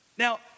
Now